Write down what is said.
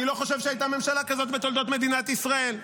אני לא חושב שהייתה ממשלה כזאת בתולדות מדינת ישראל.